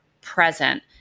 present